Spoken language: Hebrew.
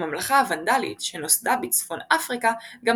הממלכה הוונדלית שנוסדה בצפון אפריקה גם